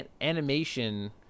animation